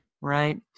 Right